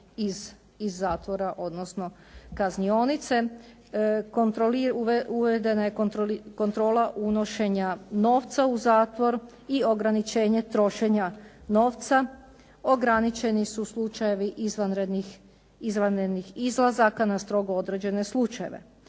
iz zatvora odnosno kaznionice. Uvedena je kontrola unošenja novca u zatvor i ograničenje trošenja novca. Ograničeni su slučajevi izvanrednih izlazaka na strogo određene slučajeve.